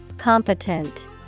Competent